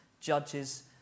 judges